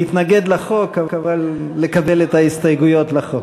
להתנגד לחוק, אבל לקבל את ההסתייגויות לחוק.